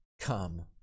Come